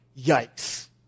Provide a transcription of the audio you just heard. yikes